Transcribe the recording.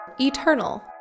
eternal